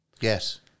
Yes